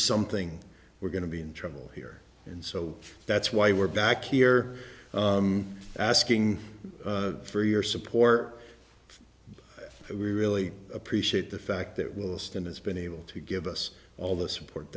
something we're going to be in trouble here and so that's why we're back here asking for your support we really appreciate the fact that with this than has been able to give us all the support